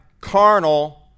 carnal